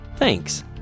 Thanks